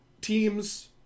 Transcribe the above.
teams